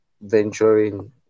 venturing